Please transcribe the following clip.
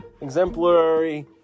Exemplary